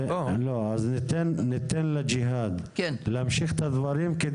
ניתן לג'יהאד להמשיך את הדברים.